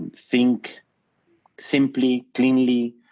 think simply cleanly,